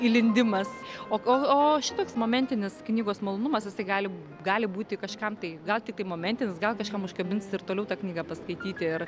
įlindimas o kol o šitoks momentinis knygos malonumas jisai gali gali būti kažkam tai gal tiktai momentinis gal kažkam užkabins ir toliau tą knygą paskaityti ir